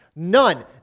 None